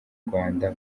rwanda